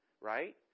Right